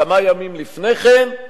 כמה ימים לפני כן,